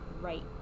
right